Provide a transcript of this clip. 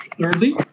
Thirdly